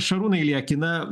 šarūnai lieki na